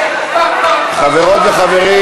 חברות וחברים,